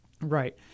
Right